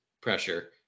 pressure